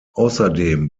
außerdem